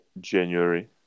January